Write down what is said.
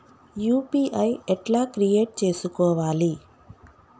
UPI ఎట్లా create చేసుకోవాలి?